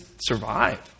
survive